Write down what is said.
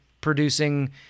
producing